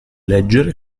leggere